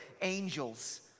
angels